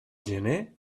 gener